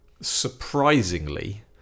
surprisingly